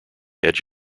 edge